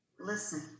listen